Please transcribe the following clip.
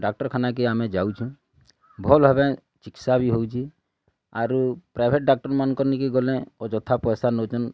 ଡ଼ାକ୍ଟରଖାନାକେ ଆମେ ଯାଉଛୁଁ ଭଲ୍ ଭାବେ ଚିକିତ୍ସା ବି ହଉଚି ଆରୁ ପ୍ରାଇଭେଟ୍ ଡ଼ାକ୍ଟରମାନକେ ନେଇକିରି ଗଲେ ଅଯଥା ପଇସା ନଉଛନ୍